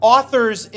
Authors